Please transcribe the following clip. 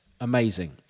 Amazing